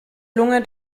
lunge